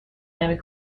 نمی